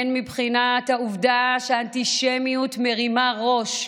גם מבחינת העובדה שהאנטישמיות מרימה ראש.